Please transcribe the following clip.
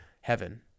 heaven